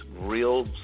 real